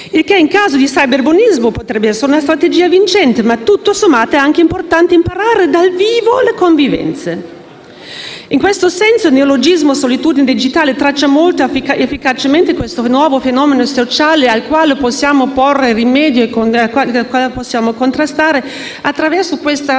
il che, in caso di cyberbullismo, potrebbe essere una strategia vincente, ma tutto sommato è anche importante imparare dal vivo le convivenze. In questo senso, il neologismo «solitudine digitale» traccia molto efficacemente il nuovo fenomeno sociale a cui possiamo porre rimedio e contrastare attraverso l'attività